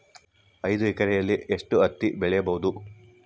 ಐದು ಎಕರೆಯಲ್ಲಿ ಎಷ್ಟು ಹತ್ತಿ ಬೆಳೆಯಬಹುದು?